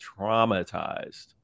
traumatized